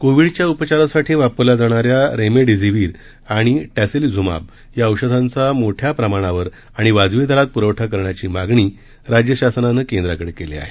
कोविडच्या उपचारासाठी वापरल्या जाणाऱ्या रेमेडेझिवीर आणि टॉसिलीझुमाब या औषधांचा मोठ्या प्रमाणावर आणि वाजवी दरात पुरवठा करण्याची मागणी राज्य शासनानं केंद्राकडे केली आहे